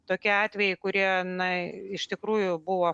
tokie atvejai kurie na iš tikrųjų buvo